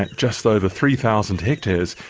and just over three thousand hectares,